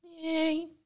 yay